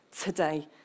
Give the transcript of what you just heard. today